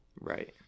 Right